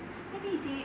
then then he say